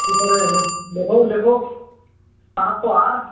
जी sir लिखो लिखो पाँच तो हार